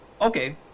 Okay